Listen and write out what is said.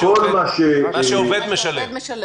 מה שעובד משלם.